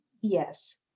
Yes